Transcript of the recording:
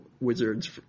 Wizards